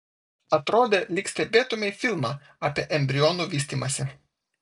atrodė lyg stebėtumei filmą apie embrionų vystymąsi